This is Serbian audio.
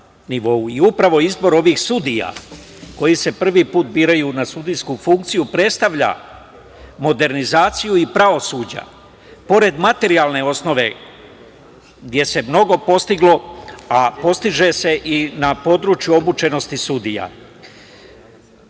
i upravo izbor ovih sudija koji se prvi put biraju na sudijsku funkciju predstavlja modernizaciju i pravosuđa, pored materijalne osnove gde se mnogo postiglo, a postiže se i na području obučenosti sudija. Sve